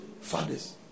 fathers